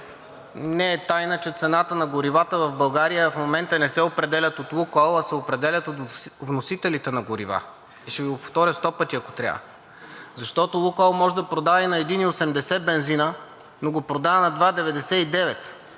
Не е тайна, че цената на горивата в България в момента не се определя от „Лукойл“, а се определя от вносителите на горива. И ще Ви го повторя сто пъти, ако трябва. Защото „Лукойл“ може да продава и на 1,80 лв. бензина, но го продава на 2,99